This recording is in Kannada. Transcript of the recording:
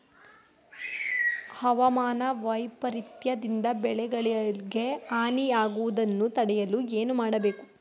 ಹವಾಮಾನ ವೈಪರಿತ್ಯ ದಿಂದ ಬೆಳೆಗಳಿಗೆ ಹಾನಿ ಯಾಗುವುದನ್ನು ತಡೆಯಲು ಏನು ಮಾಡಬೇಕು?